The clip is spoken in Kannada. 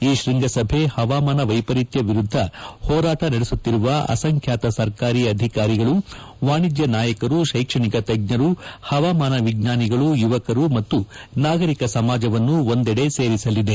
ಈ ಶ್ವಂಗಸಭೆ ಹವಾಮಾನ ವೈಪರೀತ್ಯ ವಿರುದ್ದ ಹೋರಾಟ ನಡೆಸುತ್ತಿರುವ ಅಸಂಖ್ಯಾತ ಸರ್ಕಾರಿ ಅಧಿಕಾರಿಗಳು ವಾಣಿಜ್ಯ ನಾಯಕರು ಶೈಕ್ಷಣಿಕ ತಜ್ಞರು ಹವಾಮಾನ ವಿಜ್ಞಾನಿಗಳು ಯುವಕರು ಮತ್ತು ನಾಗರಿಕ ಸಮಾಜವನ್ನು ಒಂದೆಡೆ ಸೇರಿಸಲಿದೆ